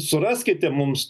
suraskite mums